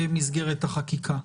במסגרת החקיקה.